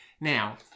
Now